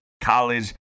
College